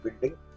building